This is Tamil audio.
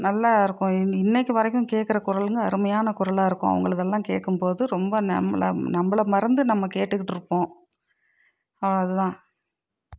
நல்லா இருக்கும் இன்றைக்கு வரைக்கும் கேக்கிற குரலுங்க அருமையான குரலாக இருக்கும் அவங்களுதெல்லாம் கேட்கும்போது ரொம்ப நம்ம நம்மள மறந்து நம்ம கேட்டுக்கிட்டு இருப்போம் அதுதான்